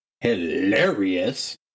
hilarious